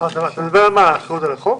מה האחריות על החוק?